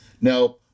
now